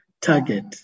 target